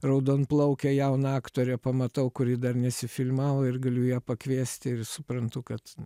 raudonplaukę jauną aktorę pamatau kuri dar nesifilmavo ir galiu ją pakviesti ir suprantu kad